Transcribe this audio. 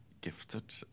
gifted